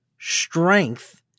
strength